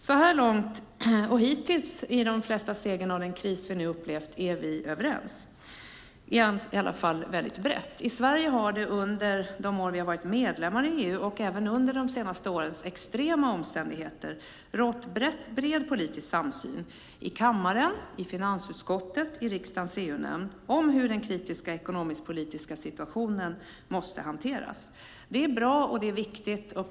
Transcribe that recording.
Så här långt är vi överens om de flesta steg i den kris vi nu upplevt, i varje fall väldigt brett. I Sverige har det under de år som vi varit medlemmar i EU och även under de senaste årens extrema omständigheter rått bred politisk samsyn i kammaren, i finansutskottet och i riksdagens EU-nämnd om hur den kritiska ekonomisk-politiska situationen måste hanteras. Det är bra och viktigt.